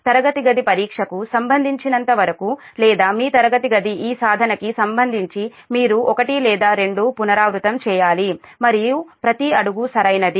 తరగతి గది పరీక్షకు సంబంధించినంతవరకు లేదా మీ తరగతి గది ఈ సాధనకి సంబంధించి మీరు ఒకటి లేదా రెండు పునరావృత్తి చేయాలి మరియు ప్రతి అడుగు సరైనది